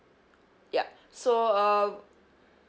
yup so uh